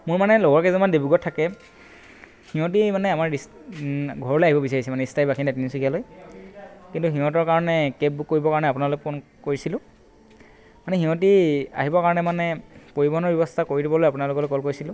মোৰ মানে লগৰ কেইজনমান ডিব্ৰুগড়ত থাকে সিহঁতি মানে আমাৰ ঘৰলৈ আহিব বিচাৰিছে মানে স্থায়ী বাসিন্দা তিনিচুকীয়ালৈ কিন্তু সিহঁতৰ কাৰণে কেব বুক কৰিবৰ কাৰণে আপোনালৈ ফোন কৰিছিলোঁ মানে সিহঁতি আহিবৰ কাৰণে মানে পৰিবহণৰ ব্যৱস্থা কৰি দিবলৈ আপোনালৈ কল কৰিছিলোঁ